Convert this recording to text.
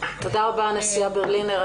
תודה רבה, הנשיאה ברלינר.